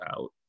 out